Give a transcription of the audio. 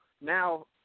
now